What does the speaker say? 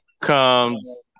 comes